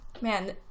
man